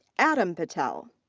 adam patel.